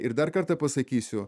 ir dar kartą pasakysiu